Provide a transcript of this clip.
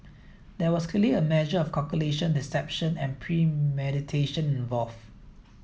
there was clearly a measure of calculation deception and premeditation involved